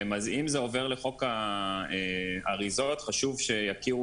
אז אם זה עובר לחוק האריזות חשוב שיכרו